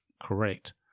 correct